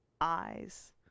eyes